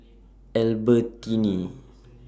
Albertini